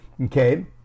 Okay